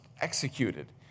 executed